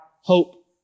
hope